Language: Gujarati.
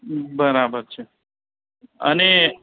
બરાબર છે અને